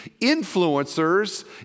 influencers